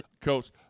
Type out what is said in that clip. Coach